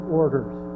orders